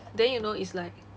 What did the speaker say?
then you know it's like